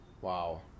Wow